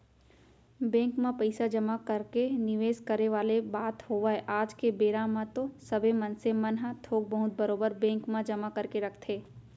bank म पइसा जमा करके निवेस करे वाले बात होवय आज के बेरा म तो सबे मनसे मन ह थोक बहुत बरोबर बेंक म जमा करके रखथे